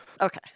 okay